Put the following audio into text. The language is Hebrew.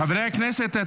חברי הכנסת,